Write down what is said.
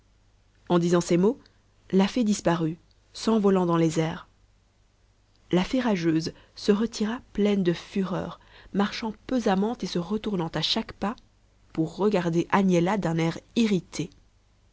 en disant ces mots la fée disparut s'envolant dans les airs la fée rageuse se retira pleine de fureur marchant pesamment et se retournant à chaque pas pour regarder agnella d'un air irrité